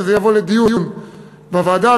שזה יבוא לדיון בוועדה.